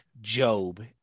job